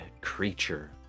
creature